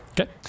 Okay